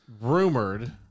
rumored